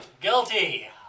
guilty